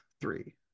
three